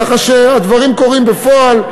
ככה שהדברים קורים בפועל.